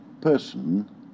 person